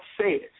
says